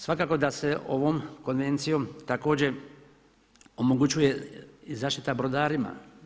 Svakako da se ovom konvencijom također omogućuje i zaštita brodarima.